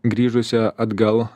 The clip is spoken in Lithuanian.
grįžusi atgal